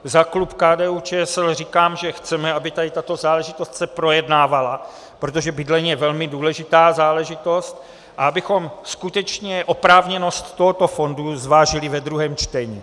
Za klub KDUČSL říkám, že chceme, aby se tady tato záležitost projednávala, protože bydlení je velmi důležitá záležitost, a abychom skutečně oprávněnost tohoto fondu zvážili ve druhém čtení.